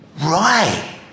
Right